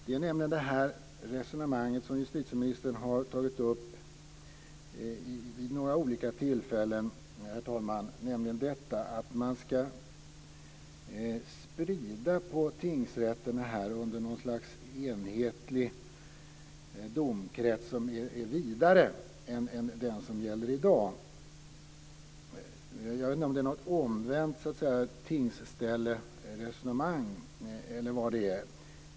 Det är det resonemang som justitieministern har tagit upp vid olika tillfällen, nämligen att man ska sprida på tingsrätterna under något slags enhetlig domkrets som är vidare än den som gäller i dag. Det är ett omvänt tingsställeresonemang, eller vad det nu är.